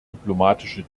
diplomatische